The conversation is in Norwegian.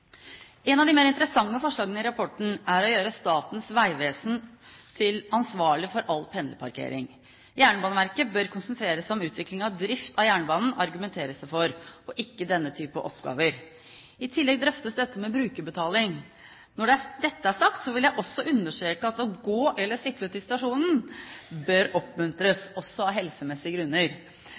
av de mer interessante forslagene i rapporten er å gjøre Statens vegvesen ansvarlig for all pendlerparkering. Jernbaneverket bør konsentrere seg om utvikling av drift av jernbanen, argumenteres det for, og ikke denne typen oppgaver. I tillegg drøftes dette med brukerbetaling. Når dette er sagt, vil jeg understreke at å gå eller sykle til stasjonen bør oppmuntres, også av helsemessige grunner.